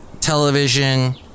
television